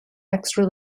extra